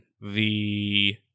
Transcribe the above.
the-